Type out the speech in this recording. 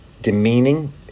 demeaning